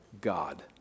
God